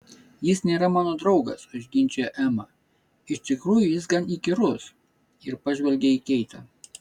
jis nėra mano draugas užginčijo ema iš tikrųjų jis gan įkyrus ir pažvelgė į keitę